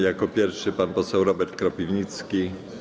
Jako pierwszy pan poseł Robert Kropiwnicki.